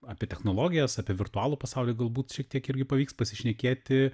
apie technologijas apie virtualų pasaulį galbūt šiek tiek irgi pavyks pasišnekėti